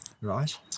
Right